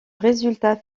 résultat